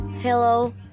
Hello